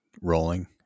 rolling